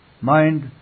Mind